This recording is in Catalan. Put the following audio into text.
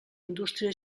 indústria